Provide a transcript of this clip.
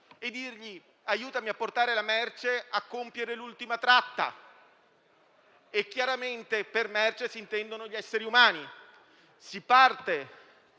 e dir loro: aiutatemi a portare la merce e compiere l'ultima tratta (chiaramente per merce si intendono gli esseri umani). Si parte